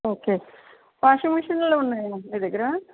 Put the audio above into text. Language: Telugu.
ఓకే వాషింగ్ మెషిన్లు ఉన్నాయ మీ దగ్గరా